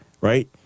right